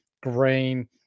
green